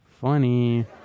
funny